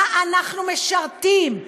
מה אנחנו משרתים?